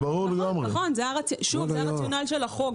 נכון, זה הרציונל של החוק.